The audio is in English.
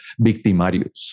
victimarios